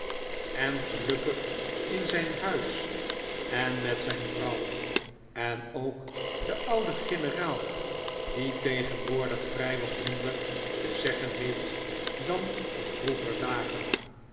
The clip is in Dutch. en gelukki g in zijn huis en met zijn vrouw en ook de oude generaal die tegenwoordig vrij wat minder te zeggen heeft dan in vroeger dagen